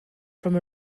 from